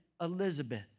Elizabeth